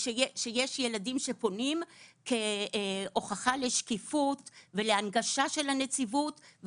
ושיש ילדים שפונים כהוכחה לשקיפות ולהנגשה של הנציבות,